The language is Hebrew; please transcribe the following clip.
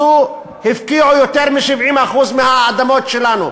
הפקיעו יותר מ-70% מהאדמות שלנו?